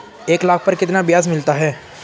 एक लाख पर कितना ब्याज मिलता है?